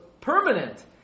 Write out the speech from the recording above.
permanent